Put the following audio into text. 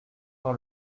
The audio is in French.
par